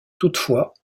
toutefois